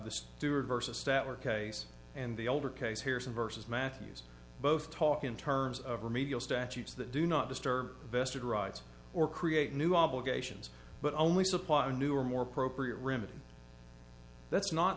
to are versus that were case and the older case hears and versus matthews both talk in terms of remedial statutes that do not disturb vested rights or create new obligations but only supply a new or more appropriate remedy that's not